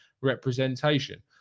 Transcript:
representation